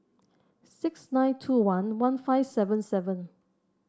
six nine two one one five seven seven